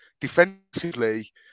Defensively